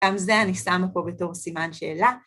גם זה אני שמה פה בתור סימן שאלה.